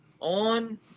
on